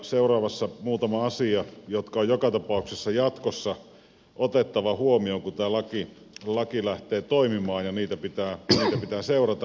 seuraavassa muutama asia jotka on joka tapauksessa jatkossa otettava huomioon kun tämä laki lähtee toimimaan ja niitä pitää seurata